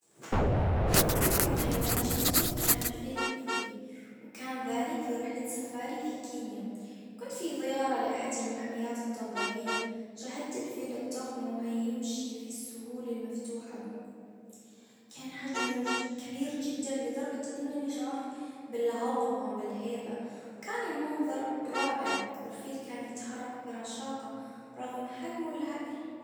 اكبر حيوان شفته كان الفيل الافريقي. وكان ذلك في رحلة سفاري في كينيا. كنت في زيارة لاحد المحميات الطبيعية. شاهدت الفيل الضخم وهو يمشي في السهولة المفتوحة. كان حجمه كبير جدا لدرجة انني شعرت بالعظمة والهيبة كان المنظر رائع والفيل كان يتحرك برشاقة رغم حجمه الهائل